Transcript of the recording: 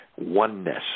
oneness